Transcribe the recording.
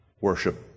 worship